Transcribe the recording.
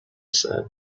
said